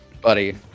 Buddy